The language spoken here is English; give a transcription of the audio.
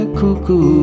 cuckoo